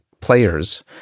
players